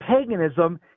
paganism